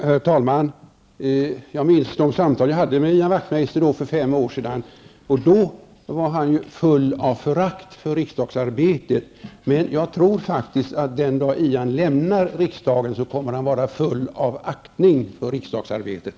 Herr talman! Jag minns de samtal jag hade med Ian Wachtmeister för fem år sedan. Då var han full av förakt för riksdagsarbetet, men jag tror faktiskt att den dag Ian lämnar riksdagen kommer han att vara full av aktning för riksdagsarbetet.